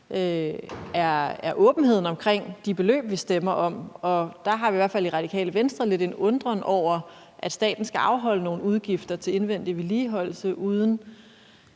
er åbenheden omkring de beløb, vi stemmer om. Der har vi i hvert fald i Radikale Venstre lidt en undren over, at staten skal afholde nogle udgifter til indvendig vedligeholdelse uden